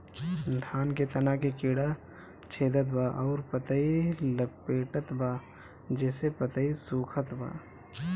धान के तना के कीड़ा छेदत बा अउर पतई लपेटतबा जेसे पतई सूखत बा?